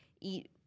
eat